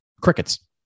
crickets